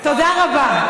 תודה רבה.